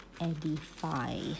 edify